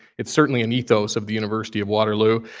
it's certainly an ethos of the university of waterloo.